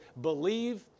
believe